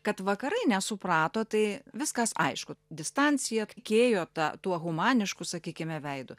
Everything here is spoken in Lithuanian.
kad vakarai nesuprato tai viskas aišku distancija tikėjo ta tuo humanišku sakykime veidu